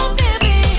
baby